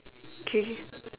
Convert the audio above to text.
okay